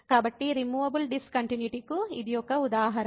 కాబట్టి removable discontinuity కు ఇది ఒక ఉదాహరణ